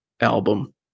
album